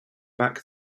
back